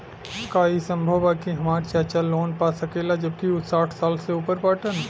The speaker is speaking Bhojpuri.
का ई संभव बा कि हमार चाचा लोन पा सकेला जबकि उ साठ साल से ऊपर बाटन?